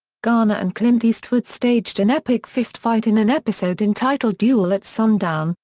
garner and clint eastwood staged an epic fistfight in an episode entitled duel at sundown,